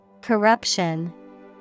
Corruption